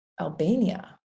Albania